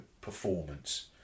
performance